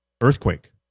earthquake